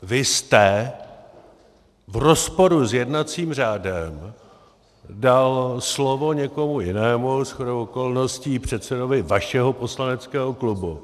Vy jste v rozporu s jednacím řádem dal slovo někomu jinému, shodou okolností předsedovi vašeho poslaneckého klubu.